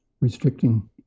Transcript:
restricting